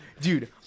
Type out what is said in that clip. dude